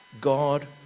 God